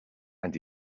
and